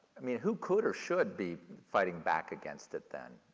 i mean who could or should be fighting back against it then?